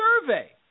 survey